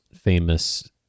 famous